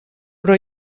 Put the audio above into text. però